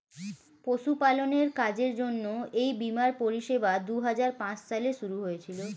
পশুপালনের কাজের জন্য এই বীমার পরিষেবা দুহাজার পাঁচ সালে শুরু হয়েছিল